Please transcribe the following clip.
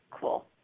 cool